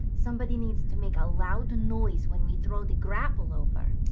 somebody needs to make a loud noise when we throw the grapple over.